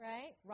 Right